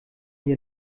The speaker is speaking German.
hier